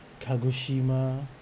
Kagoshima